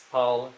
Paul